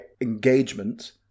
engagement